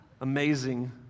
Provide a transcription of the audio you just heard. amazing